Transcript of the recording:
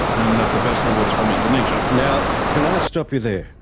and that the vessel was from indonesia. now, can i stop you there?